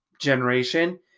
generation